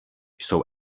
jsou